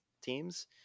teams